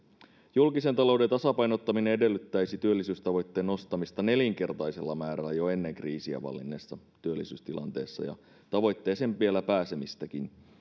julkisen talouden tasapainottaminen edellyttäisi työllisyystavoitteen nostamista nelinkertaisella määrällä jo ennen kriisiä vallinneessa työllisyystilanteessa ja vielä tavoitteeseen pääsemistäkin